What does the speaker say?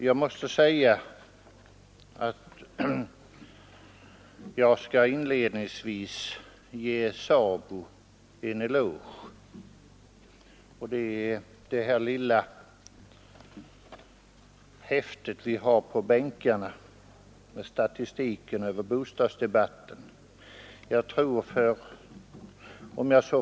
Jag skall inledningsvis ge SABO en eloge för det lilla häfte som vi har fått med statistik för bostadsdebatten.